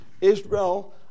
Israel